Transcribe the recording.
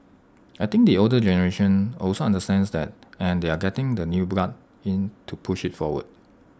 I think the older generation also understands that and they are getting the new blood in to push IT forward